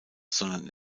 sondern